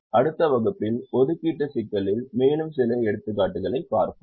அடுத்த வகுப்பில் ஒதுக்கீட்டு சிக்கலில் மேலும் சில எடுத்துக்காட்டுகளைப் பார்ப்போம்